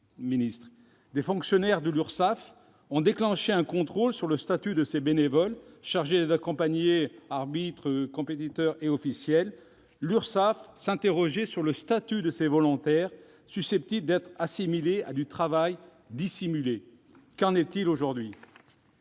Des fonctionnaires de l'Urssaf ont déclenché un contrôle sur le statut des bénévoles chargés d'accompagner arbitres, compétiteurs et officiels : ils s'interrogeaient sur le statut de ces volontaires, leur activité étant susceptible d'être assimilée à du travail dissimulé. Qu'en est-il aujourd'hui ?